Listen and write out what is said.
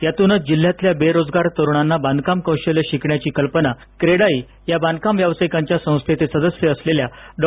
यातूनच जिल्ह्यातल्या बेरोजगार तरुणांना बांधकाम कौशल्य शिकवण्याची कल्पना क्रेडाई या बांधकाम व्यावसायिकांच्या संस्थेचे सदस्य असलेल्या डॉ